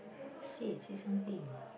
say say something